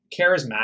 Charismatic